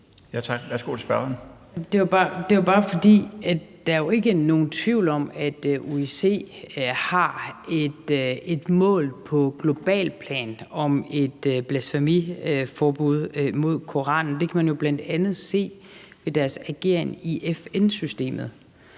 Det var bare, fordi der jo ikke er nogen tvivl om, at OIC har et mål på globalt plan om et blasfemiforbud i forhold til Koranen. Det kan man jo bl.a. se ved deres ageren i FN-systemet,